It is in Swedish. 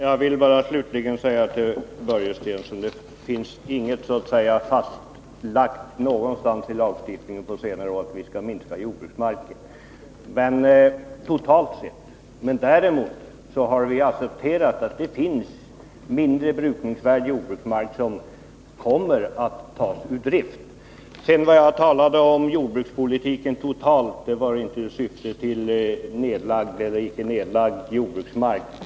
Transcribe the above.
Herr talman! Jag vill slutligen säga till Börje Stensson: Det finns ingenstans i de senaste årens lagstiftning fastlagt att vi skall minska jordbruksarealen totalt sett. Däremot har vi accepterat att det finns mindre brukningsvärd jordbruksmark, som kommer att tas ur drift. När jag uttalade mig om jordbrukspolitiken i allmänhet syftade jag inte på nedlagd eller icke nedlagd jordbruksmark.